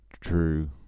true